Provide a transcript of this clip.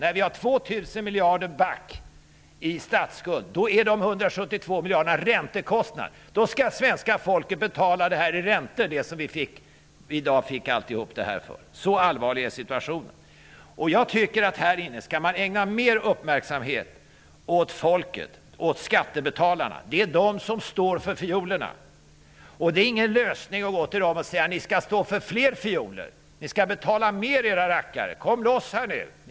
När vi har 2 000 miljarder i statsskuld är de 172 miljarderna räntekostnad. Då skall svenska folket betala lika mycket i räntor som kostnaden för allt det som de får i dag. Så allvarlig är situationen. Jag tycker att man här inne skall ägna mer uppmärksamhet åt folket, åt skattebetalarna. Det är de som står för fiolerna. Det är ingen lösning att gå till dem och säga: Ni skall stå för fler fioler, ni skall betala mer, era rackare! Kom loss nu!